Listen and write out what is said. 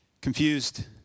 confused